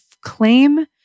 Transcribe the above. claim